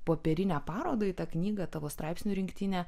popierinę parodą į tą knygą tavo straipsnių rinktinę